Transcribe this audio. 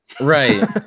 right